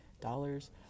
dollars